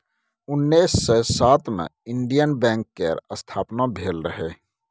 उन्नैस सय सात मे इंडियन बैंक केर स्थापना भेल रहय